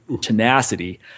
tenacity